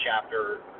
chapter